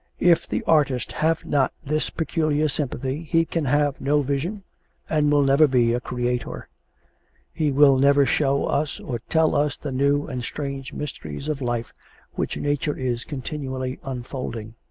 if the artist have not this peculiar sympathy he can have no vision and will never be a creator he will never show us or tell us the new and strange mysteries of life which nature is continually unfolding.